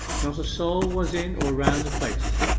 not a soul was in or around the place.